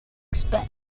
expect